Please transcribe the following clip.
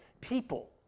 people